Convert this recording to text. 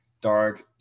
dark